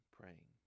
praying